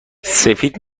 سفید